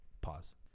Pause